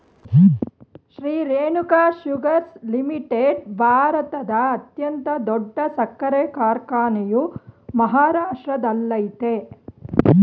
Shri Renuka sugars limited ಭಾರತದ ಅತ್ಯಂತ ದೊಡ್ಡ ಸಕ್ಕರೆ ಕಾರ್ಖಾನೆಯು ಮಹಾರಾಷ್ಟ್ರದಲ್ಲಯ್ತೆ